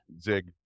zig